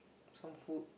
some food